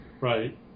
right